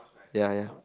ya ya